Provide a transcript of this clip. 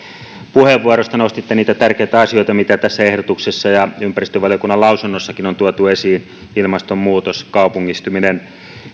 puheenvuoroista nostitte niitä tärkeitä asioita mitä tässä ehdotuksessa ja ympäristövaliokunnan lausunnossakin on tuotu esiin ilmastonmuutos kaupungistuminen